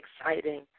exciting